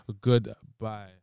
Goodbye